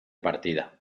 partida